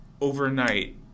overnight